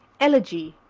elegy,